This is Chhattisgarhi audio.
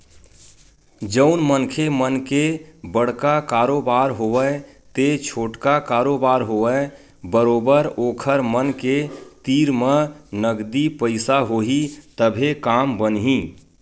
जउन मनखे मन के बड़का कारोबार होवय ते छोटका कारोबार होवय बरोबर ओखर मन के तीर म नगदी पइसा होही तभे काम बनही